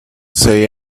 say